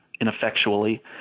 ineffectually